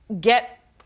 get